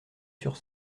sur